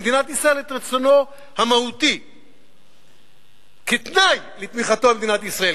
הארגון יכתיב למדינת ישראל את רצונו המהותי כתנאי לתמיכתו במדינת ישראל.